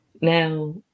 Now